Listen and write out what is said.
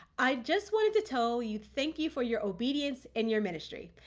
i just wanted to tell you thank you for your obedience in your ministry.